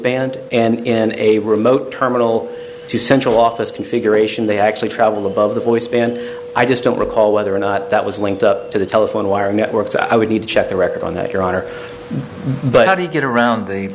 band and in a remote terminal to central office configuration they actually travel above the voice and i just don't recall whether or not that was linked to the telephone wire network so i would need to check the record on that your honor but how do you get around the